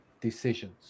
decisions